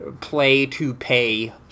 play-to-pay